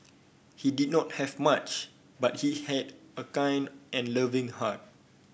he did not have much but he had a kind and loving heart